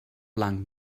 blanc